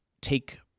take